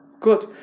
Good